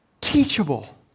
teachable